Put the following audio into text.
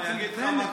אני אגיד לך מה קרה,